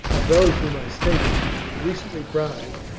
of those whom i stated to have been recently bribed,